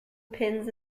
pins